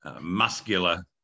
muscular